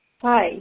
Hi